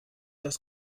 das